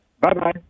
Bye-bye